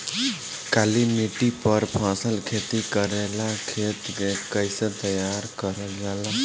काली मिट्टी पर फसल खेती करेला खेत के कइसे तैयार करल जाला?